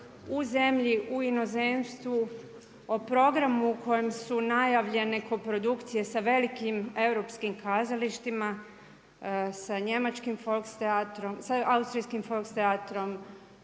u zemlji u inozemstvu, o programu u kojem su najavljene koprodukcije sa velikim Europskim kazalištima. Sa njemačkim volkstheaterom, sa austrijskim volkstheatorom,